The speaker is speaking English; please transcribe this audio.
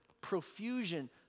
profusion